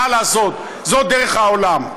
מה לעשות, זו דרך העולם.